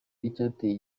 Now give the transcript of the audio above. icyateye